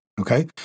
Okay